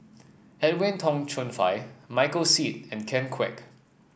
Edwin Tong Chun Fai Michael Seet and Ken Kwek